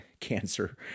cancer